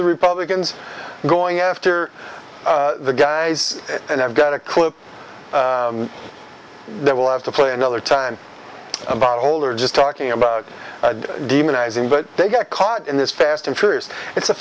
the republicans going after the guys and i've got a clip that will have to play another time about holder just talking about demonizing but they got caught in this fast and furious it's a